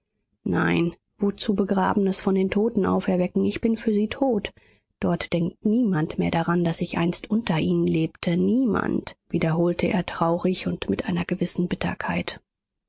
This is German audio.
nein wozu begrabenes von den toten auferwecken ich bin für sie tot dort denkt niemand mehr daran daß ich einst unter ihnen lebte niemand wiederholte er traurig und mit einer gewissen bitterkeit